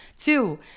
Two